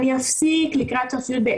אני אפסיק לקראת סוף יב'.